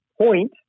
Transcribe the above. point